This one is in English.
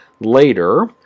later